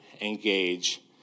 engage